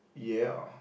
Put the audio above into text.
ya